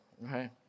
right